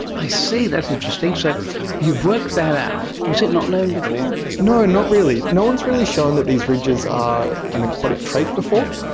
i see, that's interesting. so you've worked that out. was it not known before? no, not really. no one has really shown that these ridges are an aquatic trait before.